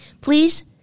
please